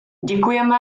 děkujeme